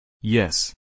Yes